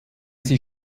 sie